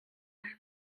eich